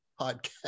podcast